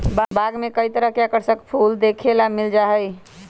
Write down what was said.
बाग में कई तरह के आकर्षक फूल देखे ला मिल जा हई